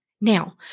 Now